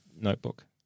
Notebook